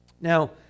Now